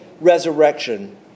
resurrection